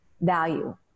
value